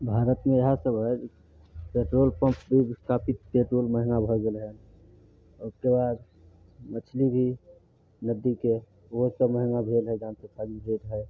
भारतमे इएहसब हइ पेट्रोल पम्पके भी स्थापितके दुइ महिना भऽ गेल हइ उसके बाद मछली भी नदीके ओहो एतेक महगा भेल हँ जानसे फाजिल महगा भेल हइ